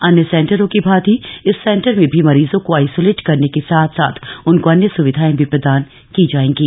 अन्य सेंटरों की भांति इस सेंटर में भी मरीजों को आइसोलेट करने के साथ साथ उनको अन्य स्विधाएं भी प्रदान की जाएंगी